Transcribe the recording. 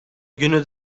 günü